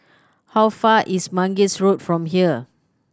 how far is Mangis Road from here